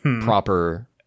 proper